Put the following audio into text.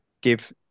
give